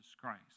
Christ